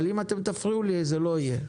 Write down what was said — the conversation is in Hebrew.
אבל אם אתם תפריעו לי, זה לא יהיה.